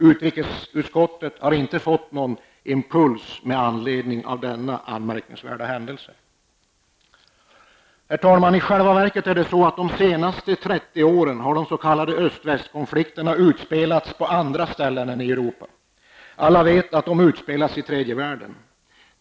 Utrikesutskottet har inte fått någon impuls med anledning av denna anmärkningsvärda händelse. Herr talman! I själva verket har de senaste 30 åren de s.k. öst-västkonflikterna utspelats på andra ställen än i Europa. Alla vet att de utspelats i tredje världen.